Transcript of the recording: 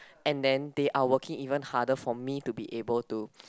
and then they are working even harder for me to be able to